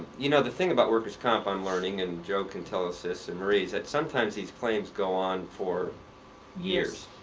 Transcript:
you know the thing about workers comp i'm learning, and joe can tell us this, and marie, is that sometimes these claims go on for years.